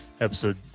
episode